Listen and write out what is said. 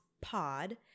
pod